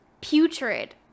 putrid